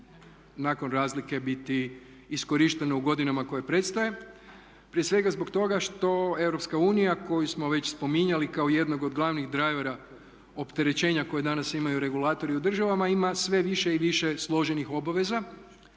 nakon razlike biti iskorišteno u godinama koje predstoje prije svega zbog toga što Europska unija koju smo već spominjali kao jednog od glavnih drivera opterećenja koje danas imaju regulatori u državama ima sve više i više složenih obaveza